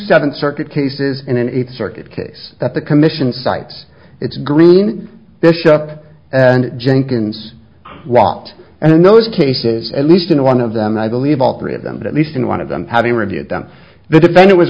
seven circuit cases and an eighth circuit case that the commission cites its green bishop and jenkins rot and in those cases at least in one of them i believe all three of them at least in one of them having reviewed them the defendant was